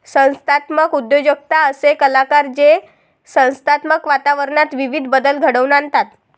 संस्थात्मक उद्योजकता असे कलाकार जे संस्थात्मक वातावरणात विविध बदल घडवून आणतात